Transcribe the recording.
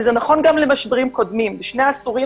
וזה נכון גם למשברים קודמים בשני העשורים